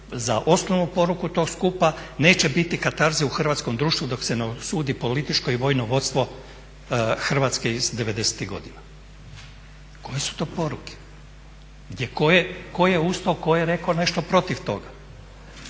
Za osnovnu poruku tog skupa neće biti katarze u hrvatskom društvu dok se ne osudi političko i vojno vodstvo Hrvatske iz '90.-ih godina. Koje su to poruke? Tko je ustao, tko je rekao nešto protiv toga.